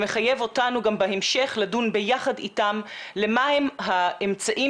ומחייב אותנו גם בהמשך לדון ביחד איתם למה הם האמצעים